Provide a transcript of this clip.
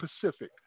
Pacific